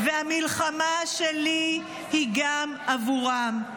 והמלחמה שלי היא גם עבורם.